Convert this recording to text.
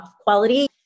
quality